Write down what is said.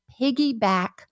Piggyback